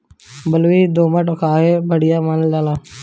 बलुई दोमट काहे बढ़िया मानल जाला?